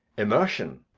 immersion!